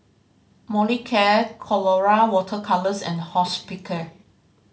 Molicare Colora Water Colours and Hospicare